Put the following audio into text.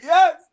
Yes